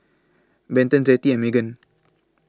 Benton Zettie and Meghan